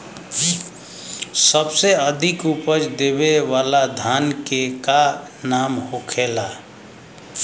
सबसे अधिक उपज देवे वाला धान के का नाम होखे ला?